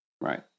right